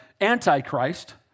Antichrist